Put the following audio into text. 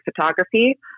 photography